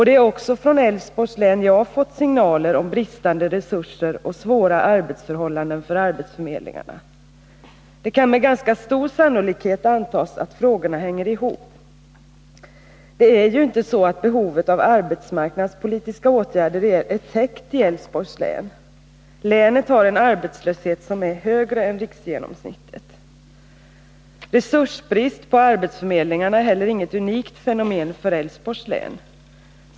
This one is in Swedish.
Det är också från Älvsborgs län jag har fått signaler om bristande resurser och svåra arbetsförhållanden för arbetsförmedlingarna. Det kan med ganska stor sannolikhet antas att frågorna hänger ihop. Det är ju inte så att behovet av arbetsmarknadspolitiska åtgärder är täckt i Älvsborgs län. Länet har en arbetslöshet som är högre än riksgenomsnittet. Resursbrist på arbetsförmedlingarna är heller inget unikt fenomen för Älvsborgs län.